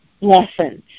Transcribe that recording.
lessons